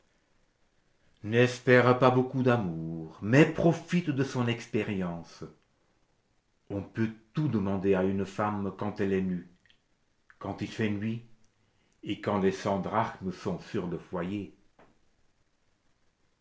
n'espère pas beaucoup d'amour mais profite de son expérience on peut tout demander à une femme quand elle est nue quand il fait nuit et quand les cent drachmes sont sur le foyer